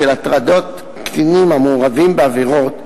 של הטרדות קטינים המעורבים בעבירות,